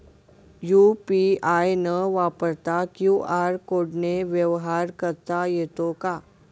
UPI न वापरता QR कोडने व्यवहार करता येतो का?